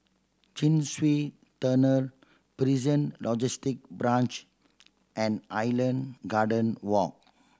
Chin Swee Tunnel Prison Logistic Branch and Island Garden Walk